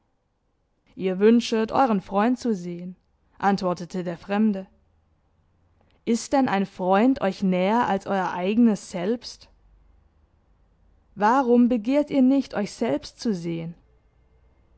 ihr wünschet euren freund zu sehen antwortete der fremde ist denn ein freund euch näher als euer eigenes selbst warum begehrt ihr nicht euch selbst zu sehen